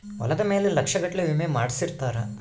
ಹೊಲದ ಮೇಲೆ ಲಕ್ಷ ಗಟ್ಲೇ ವಿಮೆ ಮಾಡ್ಸಿರ್ತಾರ